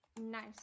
Nice